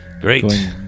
great